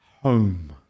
home